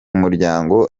muryango